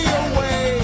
away